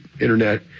Internet